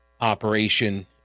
operation